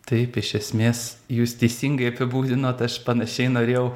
taip iš esmės jūs teisingai apibūdinot aš panašiai norėjau